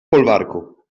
folwarku